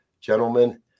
gentlemen